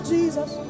Jesus